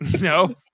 No